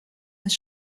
his